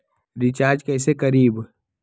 Recharge कैसे करीब?